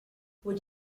would